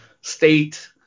state